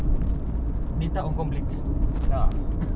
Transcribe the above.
oh you cannot do this cannot do this because people will be complaining